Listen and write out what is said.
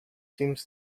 seems